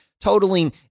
totaling